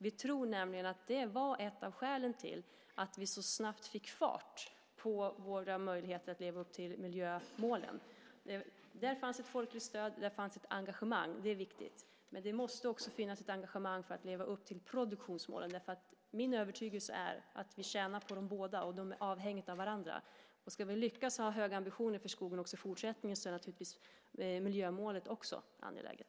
Vi tror att det var ett av skälen till att vi så snabbt fick fart på våra möjligheter att leva upp till miljömålen. Där fanns ett folkligt stöd och ett engagemang, och det är viktigt. Men det måste också finnas ett engagemang för att leva upp till produktionsmålen. Min övertygelse är att vi tjänar på dem båda, och de är avhängiga av varandra. Ska vi lyckas ha höga ambitioner för skogen även i fortsättningen är miljömålet naturligtvis också angeläget.